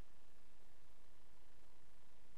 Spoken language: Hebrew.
והדבר הראשון שצריך לגשר עליו זה שאנחנו